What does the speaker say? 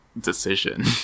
decision